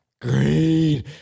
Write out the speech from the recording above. Green